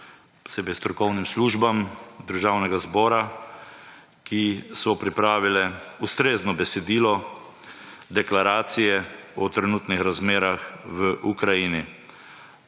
posebej strokovnim službam Državnega zbora, ki so pripravile ustrezno besedilo deklaracije o trenutnih razmerah v Ukrajini.